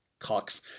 cocks